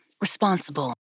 responsible